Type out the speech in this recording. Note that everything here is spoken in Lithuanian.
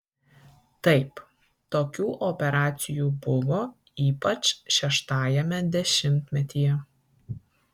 taip tokių operacijų buvo ypač šeštajame dešimtmetyje